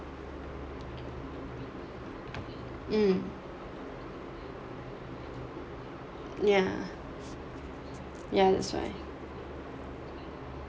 mm yeah yeah that's why